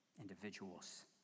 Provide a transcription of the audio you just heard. individuals